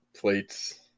plates